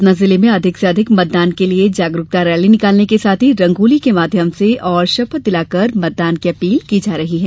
सतना जिले में अधिक से अधिक मतदान के लिये जागरूकता रैली निकालने के साथ ही रंगोली के माध्यम से और शपथ दिलाकर मतदान की अपील की जा रही है